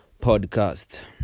podcast